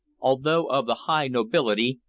although of the high nobility,